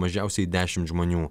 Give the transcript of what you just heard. mažiausiai dešim žmonių